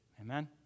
Amen